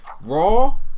Raw